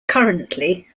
currently